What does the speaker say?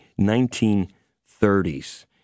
1930s